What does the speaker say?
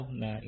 na